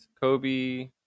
Kobe